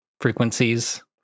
frequencies